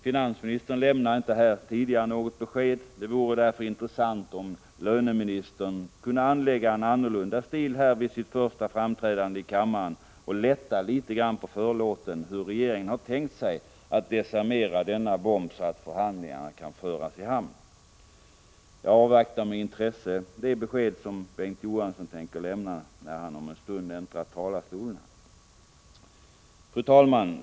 Finansministern lämnade tidigare här inget besked. Det vore därför intressant om löneministern kunde anlägga en annorlunda stil vid sitt första framträdande här i kammaren och lätta litet på förlåten vad gäller hur regeringen har tänkt sig att desarmera denna bomb, så att förhandlingarna kan föras i hamn. Jag avvaktar med intresse de besked som Bengt Johansson tänker lämna när han om en stund äntrar talarstolen. Fru talman!